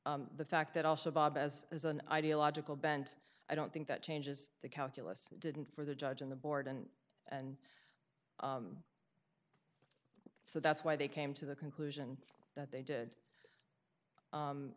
r the fact that also bob as is an ideological bent i don't think that changes the calculus didn't for the judge in the board and and so that's why they came to the conclusion that they did